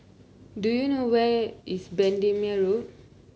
do you know where is Bendemeer Road